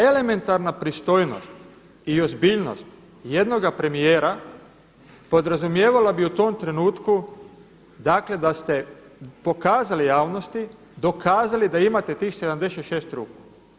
Elementarna pristojnost i ozbiljnost jednoga premijera podrazumijevala bi u tom trenutku, dakle da ste pokazali javnosti, dokazali da imate tih 76 ruku.